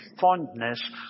fondness